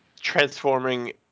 transforming